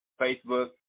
Facebook